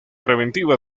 preventiva